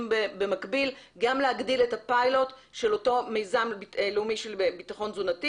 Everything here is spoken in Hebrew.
במקביל- גם להגדיל את הפיילוט של אותו מיזם לאומי של ביטחון תזונתי